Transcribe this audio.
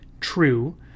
true